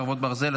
חרבות ברזל),